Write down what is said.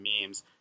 memes